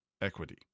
equity